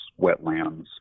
wetlands